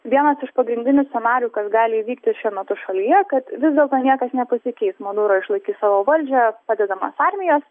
vienas iš pagrindinių scenarijų kas gali įvykti šiuo metu šalyje kad vis dėlto niekas nepasikeis maduro išlaikys savo valdžią padedamas armijos